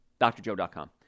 drjoe.com